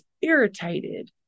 irritated